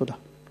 תודה.